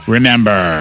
Remember